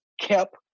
kept